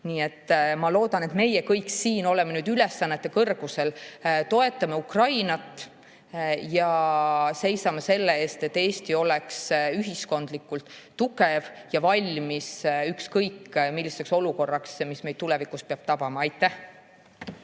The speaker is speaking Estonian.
ehitame. Ma loodan, et meie kõik siin oleme ülesannete kõrgusel, toetame Ukrainat ja seisame selle eest, et Eesti oleks ühiskondlikult tugev ja valmis ükskõik milliseks olukorraks, mis meid tulevikus peaks tabama. Aitäh!